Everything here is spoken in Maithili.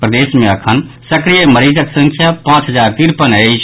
प्रदेश मे अखन सक्रिय मरीजक संख्या पांच हजार तिरपन अछि